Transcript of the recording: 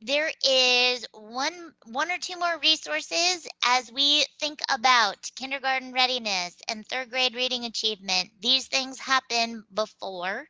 there is one one or two more resources as we think about kindergarten readiness and third grade reading achievement. these things happen before